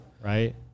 Right